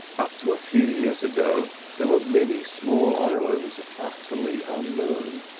up to a few years ago there were many small islands utterly unknown